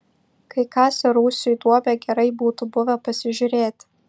kai kasė rūsiui duobę gerai būtų buvę pasižiūrėti